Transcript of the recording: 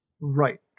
Right